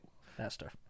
Faster